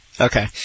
Okay